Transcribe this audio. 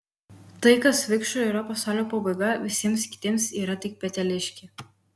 tai kas vikšrui yra pasaulio pabaiga visiems kitiems yra tik peteliškė